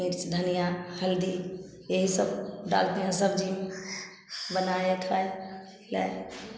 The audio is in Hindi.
मिर्च धनिया हल्दी यही सब डालते हैं सब्जी बनाया खाया खिलाया